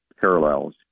parallels